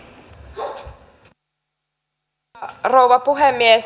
arvoisa rouva puhemies